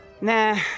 Nah